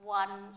one